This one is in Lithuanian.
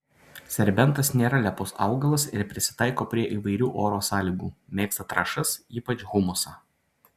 serbentas nėra lepus augalas ir prisitaiko prie įvairių oro sąlygų mėgsta trąšas ypač humusą